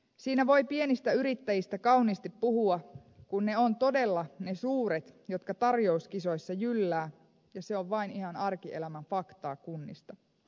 siinä voi pienistä yrittäjistä kauniisti puhua kun ne ovat todella ne suuret jotka tarjouskisoissa jylläävät ja se on vain ihan arkielämän faktaa kunnista